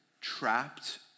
trapped